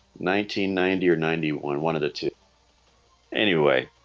ninety ninety or ninety one one of the two anyway